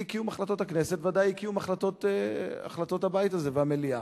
זה אי-קיום החלטות הכנסת וודאי אי-קיום החלטות הבית הזה והמליאה.